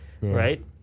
right